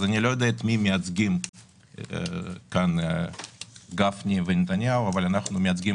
אני לא יודע את מי מייצגים כאן גפני ונתניהו אבל אנחנו מייצגים